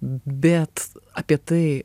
bet apie tai